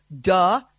duh